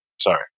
Sorry